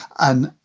and.